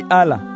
ala